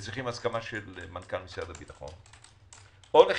צריכים הסכמה של מנכ"ל משרד הביטחון, או לחילופין,